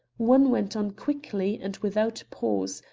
one went on quickly, and without pause,